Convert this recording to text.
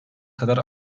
kadar